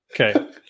Okay